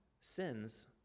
sins